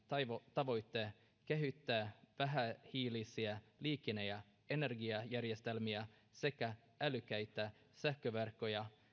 tavoite kehittää vähähiilisiä liikenne ja energiajärjestelmiä sekä älykkäitä sähköverkkoja